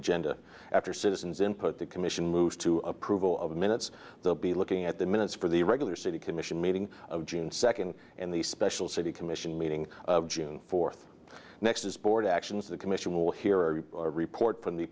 agenda after citizens input the commission moves to approval of minutes they'll be looking at the minutes for the regular city commission meeting of gene second and the special city commission meeting june fourth next as board actions the commission will hear a report from the